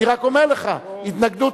אני רק אומר לך, התנגדות.